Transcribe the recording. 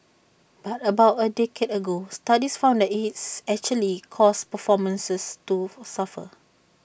but about A decade ago studies found that it's actually caused performances to suffer